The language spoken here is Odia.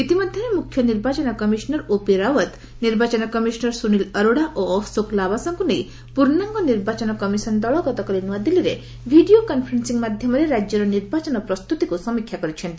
ଇତିମଧ୍ୟରେ ମ୍ରଖ୍ୟ ନିର୍ବାଚନ କମିଶନର୍ ଓପି ରାୱାତ୍ ନିର୍ବାଚନ କମିଶନର୍ ସ୍ରନିଲ୍ ଅରୋଡ଼ା ଓ ଅଶୋକ ଲାବାସାଙ୍କ ନେଇ ପୂର୍ଣ୍ଣାଙ୍ଗ ନିର୍ବାଚନ କମିଶନ୍ ଦଳ ଗତକାଲି ନୁଆଦିଲ୍ଲୀରେ ଭିଡ଼ିଓ କନ୍ଫରେନ୍ସିଂ ମାଧ୍ୟମରେ ରାଜ୍ୟର ନିର୍ବାଚନ ପ୍ରସ୍ତୁତିକୁ ସମୀକ୍ଷା କରିଛନ୍ତି